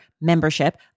membership